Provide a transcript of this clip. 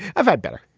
i've had better